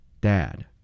Dad